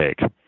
take